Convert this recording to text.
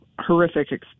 horrific